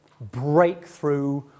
breakthrough